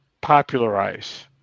popularize